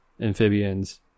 amphibians